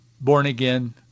born-again